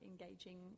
engaging